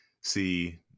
see